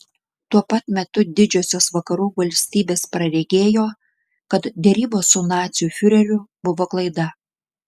tuo pat metu didžiosios vakarų valstybės praregėjo kad derybos su nacių fiureriu buvo klaida